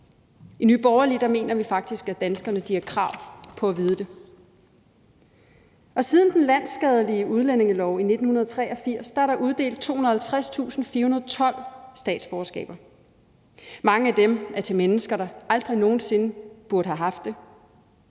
I Nye Borgerlige mener vi faktisk, at danskerne har krav på at vide det. Siden vedtagelsen af den landsskadelige udlændingelov i 1983 er der uddelt 250.412 statsborgerskaber. Mange af dem er til mennesker, der aldrig nogen sinde burde have haft det